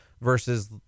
versus